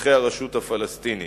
בשטחי הרשות הפלסטינית.